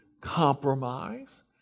compromise